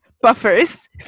buffers